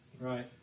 Right